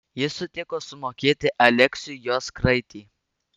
jis sutiko sumokėti aleksiui jos kraitį